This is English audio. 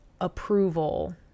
approval